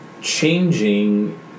changing